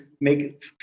make